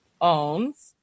owns